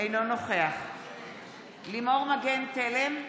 אינו נוכח לימור מגן תלם,